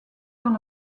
dans